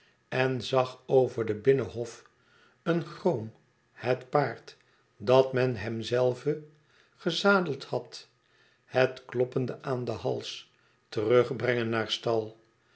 en zag over den binnenhof een groom het paard dat men hemzelven gezadeld had het kloppende aan den hals terugbrengen naar stal